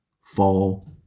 fall